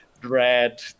Dread